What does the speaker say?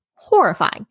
Horrifying